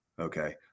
Okay